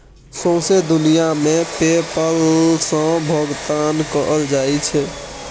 सौंसे दुनियाँ मे पे पल सँ भोगतान कएल जाइ छै